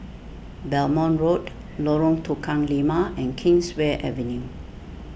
Belmont Road Lorong Tukang Lima and Kingswear Avenue